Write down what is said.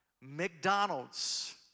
McDonald's